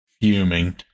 fuming